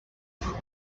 you